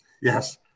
Yes